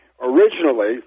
Originally